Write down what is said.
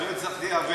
לא הצלחתי להבין.